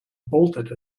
bolted